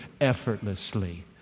effortlessly